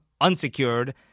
unsecured